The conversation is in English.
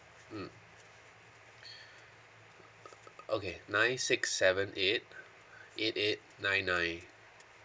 mm okay nine six seven eight eight eight nine nine